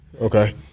okay